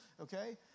okay